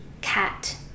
cat